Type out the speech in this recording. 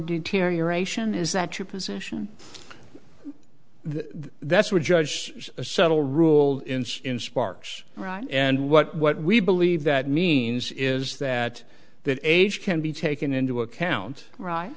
deterioration is that your position that's what judge says a subtle rule inst in sparks right and what what we believe that means is that that age can be taken into account right